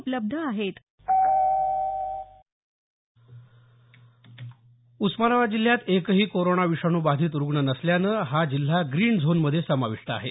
उस्मानाबाद जिल्ह्यात एकही कोरोना विषाणू बाधित रूग्ण नसल्यामुळे हा जिल्हा ग्रीन झोनमध्ये समाविष्ट आहे